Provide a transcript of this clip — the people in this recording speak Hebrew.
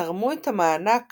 תרמו את המענק